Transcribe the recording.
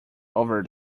over